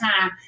time